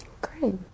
Great